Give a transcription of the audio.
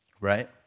Right